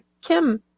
Kim